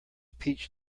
peach